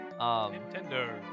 Nintendo